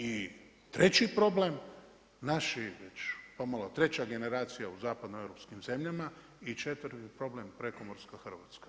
I treći problem, naši već, pomalo, treća generacija u zapadno europskim zemljama i četvrti problem prekomorska Hrvatska.